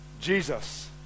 Jesus